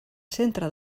centre